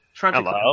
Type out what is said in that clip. Hello